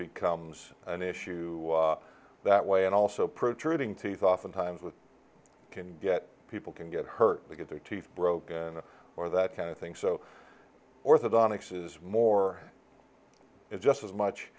becomes an issue that way and also protruding teeth oftentimes with can get people can get hurt to get their teeth broken or that kind of thing so orthodontics is more is just as much